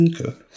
Okay